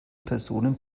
personen